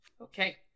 okay